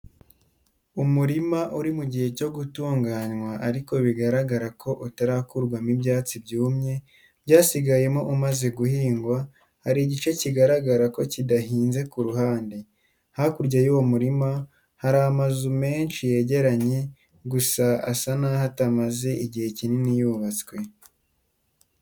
Umurima uri mu gihe cyo gutunganywa ariko bigaragara ko utarakurwamo ibyatsi byumye byasigayemo umaze guhingwa, hari igice kigaragara ko kidahinze ku ruhande. Hakurya y'uwo murima, hari amazu menshi yegeranye, gusa asa naho atamaze igihe kinini yubatswe.